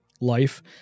life